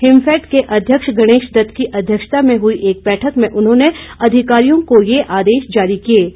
हिमफैड के अध्यक्ष गणेश दत्त की अध्यक्षता में हुई एक बैठक में उन्होंने अधिकारियों को यह आदेश जारी किए गए